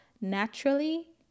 naturally